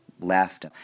left